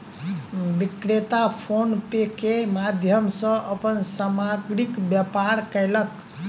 विक्रेता PhonePe के माध्यम सॅ अपन सामग्रीक व्यापार कयलक